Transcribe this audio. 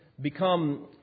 become